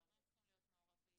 ההורים צריכים להיות מעורבים,